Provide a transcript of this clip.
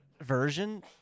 version